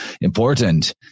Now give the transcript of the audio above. important